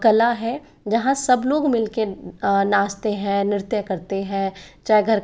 कला है जहाँ सब लोग मिल कर नाचते हैं नृत्य करते हैं चाहे घर का